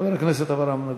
חבר הכנסת אברהם נגוסה.